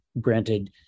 Granted